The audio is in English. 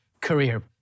career